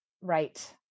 Right